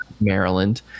Maryland